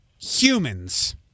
humans